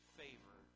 favor